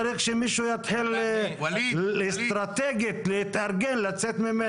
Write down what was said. צריך שמישהו יתחיל אסטרטגית להתארגן לצאת ממנו.